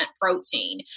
protein